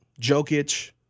Jokic